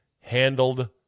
handled